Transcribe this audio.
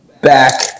back